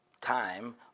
time